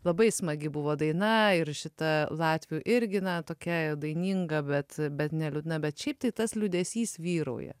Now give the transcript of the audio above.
labai smagi buvo daina ir šita latvių irgi na tokia daininga bet bet ne liūdna bet šiaip tai tas liūdesys vyrauja